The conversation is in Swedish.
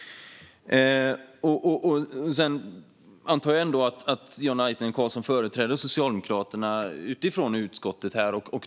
Jag antar ändå att Diana Laitinen Carlsson företräder Socialdemokraterna i utskottet.